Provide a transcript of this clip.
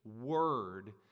word